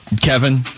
Kevin